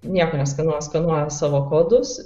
nieko neskanuoja skanuoja savo kodus